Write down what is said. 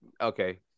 Okay